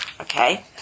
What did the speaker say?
Okay